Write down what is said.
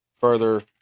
Further